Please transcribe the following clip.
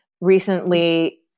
recently